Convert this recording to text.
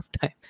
time